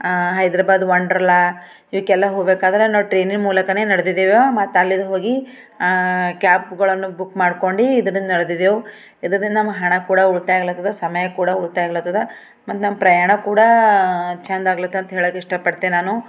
Hyderabad Wonderla ಇದಕ್ಕೆಲ್ಲ ಹೋಗ್ಬೇಕಾದ್ರೆ ನಾವು ಟ್ರೈನಿನ ಮೂಲಕವೇ ನಡ್ದಿದೀವಿ ಮತ್ತೆ ಅಲ್ಲಿ ಹೋಗಿ ಕ್ಯಾಬುಗಳನ್ನು ಬುಕ್ ಮಾಡ್ಕೊಂಡು ಇದರಿಂದ ನಡೆದಿದ್ದೆವು ಇದರಿಂದ ನಮ್ಮ ಹಣ ಕೂಡ ಉಳಿತಾಯ ಆಗ್ಲತ್ತದ ಸಮಯ ಕೂಡ ಉಳಿತಾಯ ಆಗ್ಲತ್ತದ ಮತ್ತೆ ನಮ್ಮ ಪ್ರಯಾಣ ಕೂಡ ಚೆಂದ ಆಗ್ಲತ್ತ್ ಅಂತ ಹೇಳೋಕ್ಕೆ ಇಷ್ಟಪಡ್ತೆ ನಾನು